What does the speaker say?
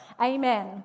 Amen